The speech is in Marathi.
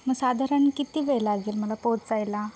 मग साधारण किती वेळ लागेल मला पोचायला